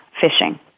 fishing